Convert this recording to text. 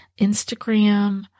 Instagram